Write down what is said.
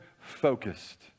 focused